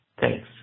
Thanks